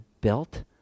built